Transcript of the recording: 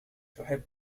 تحب